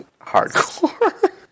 hardcore